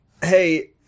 hey